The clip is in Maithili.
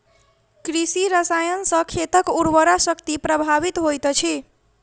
कृषि रसायन सॅ खेतक उर्वरा शक्ति प्रभावित होइत अछि